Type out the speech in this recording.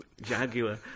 Jaguar